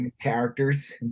characters